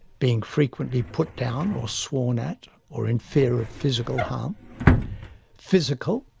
being frequently put down or sworn at, or in fear of physical harm physical